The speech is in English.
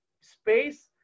space